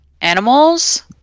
Animals